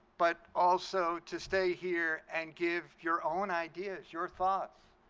but also to stay here and give your own ideas, your thoughts,